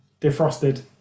Defrosted